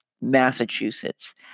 Massachusetts—